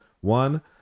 One